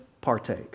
partake